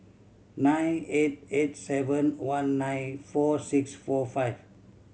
nine eight eight seven one nine four six four five